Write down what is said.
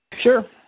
Sure